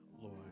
Lord